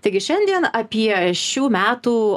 taigi šiandien apie šių metų